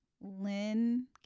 Lynn